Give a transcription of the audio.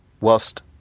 Whilst